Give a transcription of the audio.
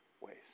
ways